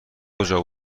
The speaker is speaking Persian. کجا